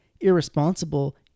irresponsible